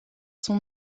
son